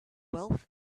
wealth